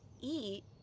eat